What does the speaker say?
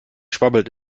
schwabbelt